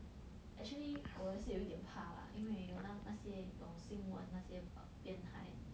actually 我也是有一点怕 lah 因为有那那些你懂新闻那些变态